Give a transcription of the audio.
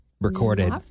recorded